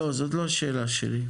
לא, זה לא השאלה שלי.